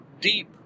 deep